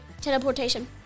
Teleportation